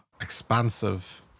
expansive